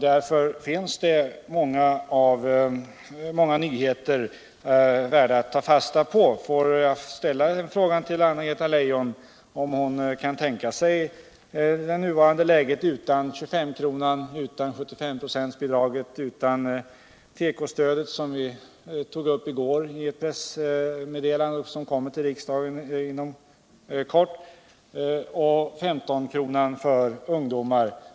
Därför finns många nyheter värda alt ta fasta på. Låt mig ställa frågan till Anna-Greta Leijon om hon kan tänka sig det nya läget utan 25-kronan, utan 75-procentsbidraget. utan tekostödet — ett förslag som vi tog upp I går i ett pressmeddelande och som kommer till riksdagen inom kort — och 15-kronan för ungdoms.